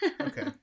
okay